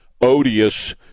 odious